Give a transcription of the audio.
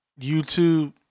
YouTube